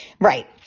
Right